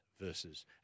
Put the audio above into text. versus